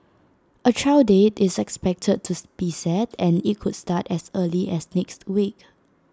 A trial date is expected to be set and IT could start as early as next week